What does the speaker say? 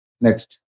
Next